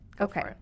Okay